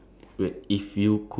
of your life